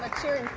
like sarah